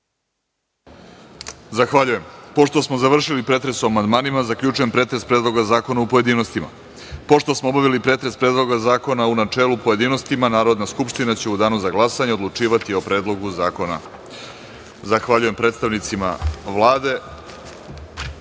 Zahvaljujem. Pošto smo završili pretres o amandmanima, zaključujem pretres Predloga zakona u pojedinostima. Pošto smo obavili pretres Predloga zakona u načelu i u pojedinostima, Narodna skupština će u danu za glasanje odlučivati o Predlogu zakona. Zahvaljujem predstavnicima Vlade